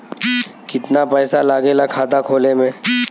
कितना पैसा लागेला खाता खोले में?